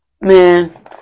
Man